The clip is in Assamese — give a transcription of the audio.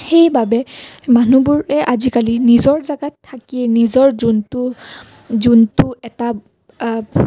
সেইবাবে মানুহবোৰে আজিকালি নিজৰ জেগাত থাকিয়ে নিজৰ যোনটো যোনটো এটা